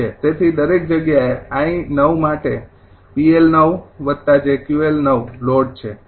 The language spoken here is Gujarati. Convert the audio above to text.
તેથી દરેક જગ્યાએ 𝑖૯ માટે 𝑃𝐿૯𝑗𝑄𝐿૯ લોડ છે